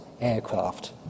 aircraft